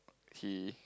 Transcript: he